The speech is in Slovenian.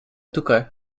tukaj